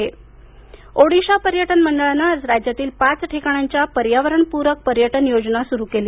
ओडिशा पर्यटन ओडिशा पर्यटन मंडळानं आज राज्यातील पाच ठिकाणांची पर्यावरणपूरक पर्यटन योजना सुरू केली